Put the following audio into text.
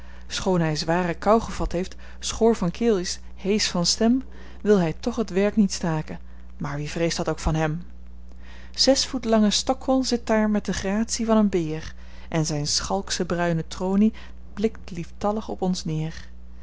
hij zware kou gevat heeft schor van keel is heesch van stem wil hij toch het werk niet staken maar wie vreest dat ook van hem zesvoet lange stockwall zit daar met de gratie van een beer en zijn schalksche bruine tronie blikt lieftallig op ons neer